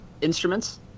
instruments